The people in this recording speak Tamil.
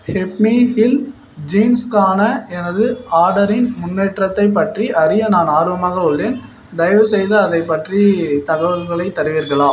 யப்மீஹில் ஜீன்ஸ்க்கான எனது ஆர்டரின் முன்னேற்றத்தைப் பற்றி அறிய நான் ஆர்வமாக உள்ளேன் தயவுசெய்து அதைப் பற்றி தகவல்களை தருவீர்களா